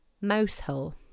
Mousehole